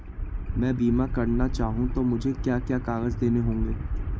मैं बीमा करना चाहूं तो मुझे क्या क्या कागज़ देने होंगे?